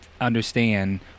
understand